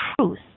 truth